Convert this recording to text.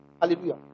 Hallelujah